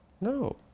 No